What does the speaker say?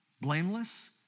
blameless